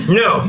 no